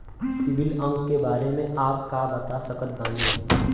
CIBIL अंक के बारे मे का आप बता सकत बानी?